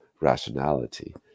rationality